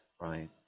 right